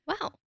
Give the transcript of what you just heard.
Wow